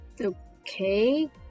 Okay